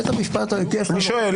אני שואל.